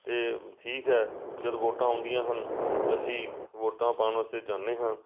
ਅਤੇ ਠੀਕ ਹੈ ਜਦੋਂ ਵੋਟਾਂ ਆਉਂਦੀਆਂ ਹਨ ਤਾਂ ਅਸੀਂ ਵੋਟਾਂ ਪਾਉਣ ਵਾਸਤੇ ਜਾਂਦੇ ਹਾਂ